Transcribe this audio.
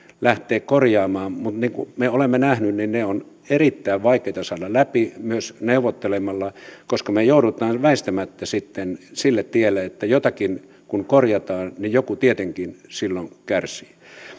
lähteä korjaamaan mutta niin kuin me olemme nähneet niitä on erittäin vaikea saada läpi myös neuvottelemalla koska me joudumme väistämättä sitten sille tielle että jotakin kun korjataan niin joku tietenkin silloin kärsii